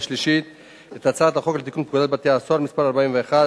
שלישית את הצעת חוק לתיקון פקודת בתי-הסוהר (מס' 41),